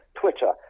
Twitter